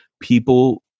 People